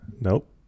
nope